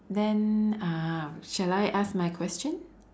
then uh shall I ask my question